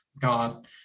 God